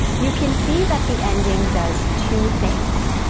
you can see that the ending does two things.